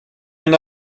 ein